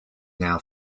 now